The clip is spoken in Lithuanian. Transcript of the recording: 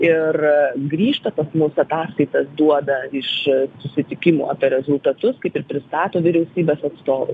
ir grįžta pas mus ataskaitas duoda iš sutikimo apie rezultatus kaip ir pristato vyriausybės atstovai